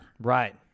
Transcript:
Right